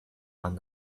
one